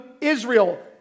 Israel